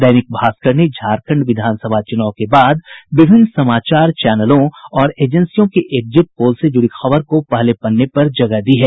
दैनिक भास्कर ने झारखण्ड विधानसभा चुनाव के बाद विभिन्न समाचार चैनलों और एजेंसियों के एक्जिट पोल से जुड़ी खबर को पहले पन्ने पर जगह दी है